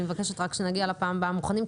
אני מבקשת רק שנגיע בפעם הבאה מוכנים,